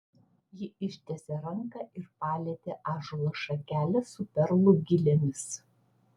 ji ištiesė ranką ir palietė ąžuolo šakelę su perlų gilėmis